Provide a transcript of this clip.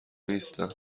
نیستم